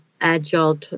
agile